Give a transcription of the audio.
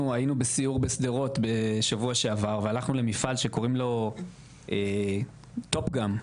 אנחנו היינו בסיור בשדרות בשבוע שעבר והלכו למפעל שקוראים לו טופ גאם,